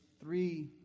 three